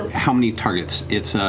how many targets? it's